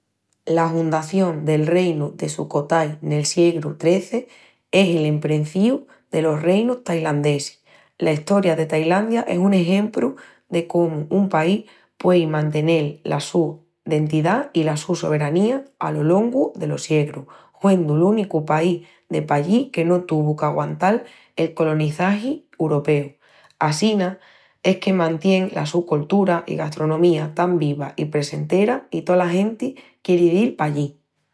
La hundación del Reinu de Sukhothai nel siegru XIII es el emprenciìu delos reinus tailandesis. La estoria de Tailandia es un exempru de comu un país puéi mantenel la su dentidá i la su soberanía alo longu delos siegrus, huendu l'únicu país de pallí que no tuvu qu'aguantal el colonizagi uropeu. Assina es que mantien la su coltura i gastronomía tan viva i presentera i tola genti quieri dil pallí.